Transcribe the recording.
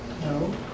No